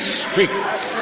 streets